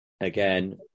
again